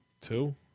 Two